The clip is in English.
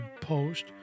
post